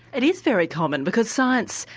it is very common because science,